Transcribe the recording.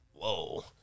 whoa